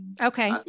Okay